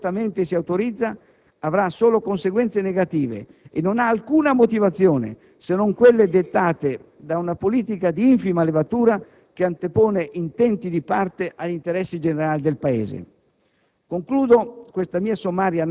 che con questa disposizione velatamente si autorizza, avrà solo conseguenze negative e non ha alcuna motivazione, se non quelle dettate da una politica di infima levatura, che antepone intenti di parte agli interessi generali del Paese.